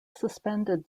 suspended